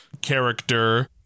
character